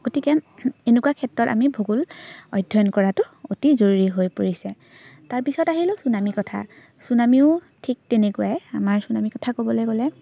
গতিকে এনেকুৱা ক্ষেত্ৰত আমি ভূগোল অধ্যয়ন কৰাটো অতি জৰুৰী হৈ পৰিছে তাৰপিছত আহিলোঁ চুনামী কথা চুনামীও ঠিক তেনেকুৱাই আমাৰ চুনামীৰ কথা ক'বলৈ গ'লে